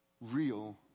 Real